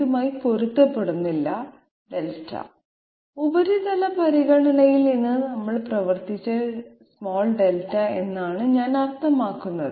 ഇതുമായി പൊരുത്തപ്പെടുന്നില്ല δ ഉപരിതല പരിഗണനയിൽ നിന്ന് നമ്മൾ പ്രവർത്തിച്ച δ എന്നാണ് ഞാൻ അർത്ഥമാക്കുന്നത്